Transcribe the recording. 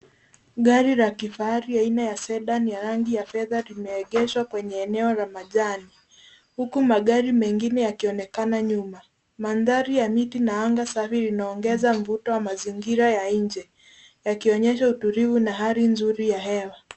Gari la kifahari aina ya Sedan ya rangi ya fedha limeegeshwa kwenye eneo la majani huku magari mengine yakionekana nyuma. Mandhari ya miti na anga safi linaongeza mvuto wa mazingira ya nje yakionyesha utulivu na hali nzuri ya hewa.